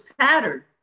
pattern